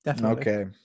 Okay